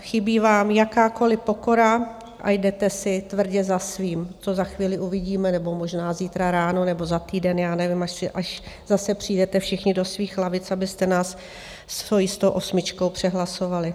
Chybí vám jakákoliv pokora a jdete si tvrdě za svým, což za chvíli uvidíme, nebo možná zítra ráno nebo za týden, já nevím, až zase přijdete všichni do svých lavic, abyste nás svojí stoosmičkou přehlasovali.